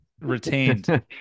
Retained